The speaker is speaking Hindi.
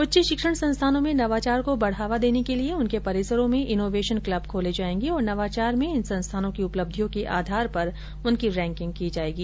उच्च शिक्षण संस्थानों में नवाचार को बढ़ावा देने के लिए उनके परिसरों में इनोवेशन क्लब खोले जायेंगे और नवाचार में इन संस्थानों की उपलब्धियों के आधार पर उनकी रैंकिंग की जायेगी